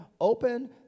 Open